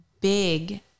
big